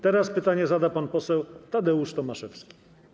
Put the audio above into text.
Teraz pytanie zada pan poseł Tadeusz Tomaszewski.